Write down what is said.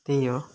त्यही हो